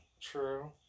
true